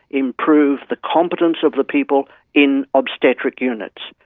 improve the competence of the people in obstetric units.